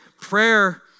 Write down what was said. prayer